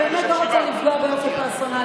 אני באמת לא רוצה לפגוע באופן פרסונלי,